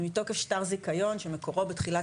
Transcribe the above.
היא מתוקף שטר זיכיון שמקורו בתחילת